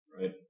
right